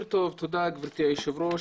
תודה גבירתי היו"ר,